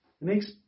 next